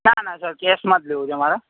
ના ના સર કેશમાં જ લેવો છે મારે